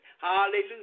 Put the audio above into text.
Hallelujah